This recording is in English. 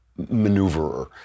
maneuverer